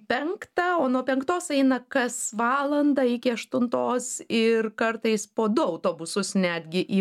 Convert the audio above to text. penktą o nuo penktos eina kas valandą iki aštuntos ir kartais po du autobusus netgi į